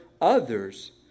others